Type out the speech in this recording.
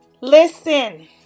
Listen